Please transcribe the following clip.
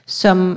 som